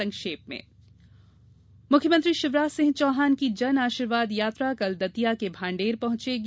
संक्षिप्त समाचार मुख्ममंत्री शिवराज सिंह चौहान की जन आर्शीवाद यात्रा कल दतिया के भाण्डेर पहुंचेगी